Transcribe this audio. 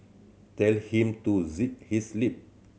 tell him to zip his lip